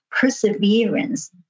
perseverance